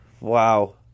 Wow